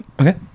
okay